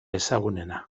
ezagunena